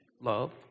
love